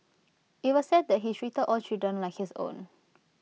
IT was said that he treated all children like his own